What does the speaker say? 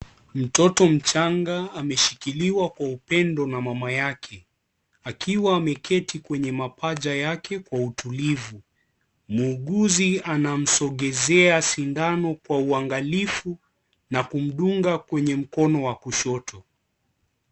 Mtoto mchanga ameshikiliwa kwa upendo na mama yake akiwa ameketi kwenye mapaja yake kwa utulivu, muuguzi anamsogezea sindano kwa uangalifu na kumdunga kwenye mkono wa kushoto.